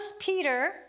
Peter